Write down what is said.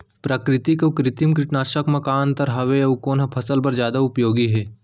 प्राकृतिक अऊ कृत्रिम कीटनाशक मा का अन्तर हावे अऊ कोन ह फसल बर जादा उपयोगी हे?